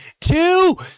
two